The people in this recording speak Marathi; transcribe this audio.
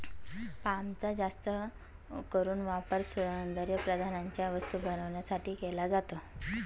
पामचा जास्त करून वापर सौंदर्यप्रसाधनांच्या वस्तू बनवण्यासाठी केला जातो